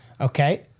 Okay